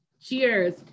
Cheers